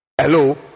Hello